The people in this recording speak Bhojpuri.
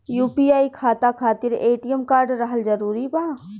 यू.पी.आई खाता खातिर ए.टी.एम कार्ड रहल जरूरी बा?